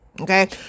Okay